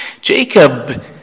Jacob